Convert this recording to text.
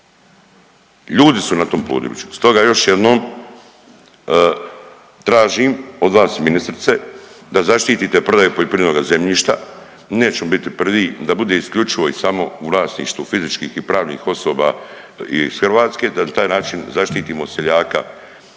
Ljudi su na tom području. Stoga još jednom tražim od vas ministrice, da zaštite prodaju poljoprivrednoga zemljišta, nećemo biti prvi, da bude isključivo i samo vlasništvo fizičkih i pravnih osoba iz Hrvatske, da taj način zaštitimo seljaka,